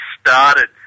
started